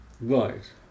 right